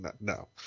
No